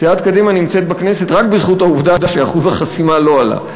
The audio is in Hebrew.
סיעת קדימה נמצאת בכנסת רק בזכות העובדה שאחוז החסימה לא עלה.